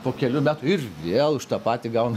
po kelių metų ir vėl už tą patį gauna